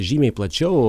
žymiai plačiau